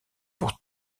pour